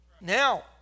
Now